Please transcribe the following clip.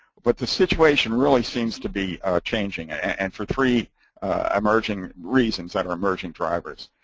but the situation really seems to be changing and for three emerging reasons that are emerging drivers.